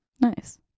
Nice